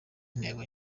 intego